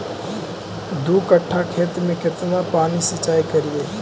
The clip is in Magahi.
दू कट्ठा खेत में केतना पानी सीचाई करिए?